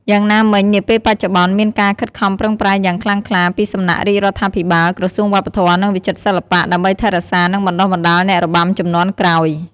យ៉ាងណាមិញ នាពេលបច្ចុប្បន្ន មានការខិតខំប្រឹងប្រែងយ៉ាងខ្លាំងក្លាពីសំណាក់រាជរដ្ឋាភិបាល ក្រសួងវប្បធម៌ និងវិចិត្រសិល្បៈ ដើម្បីថែរក្សា និងបណ្តុះបណ្តាលអ្នករបាំជំនាន់ក្រោយ។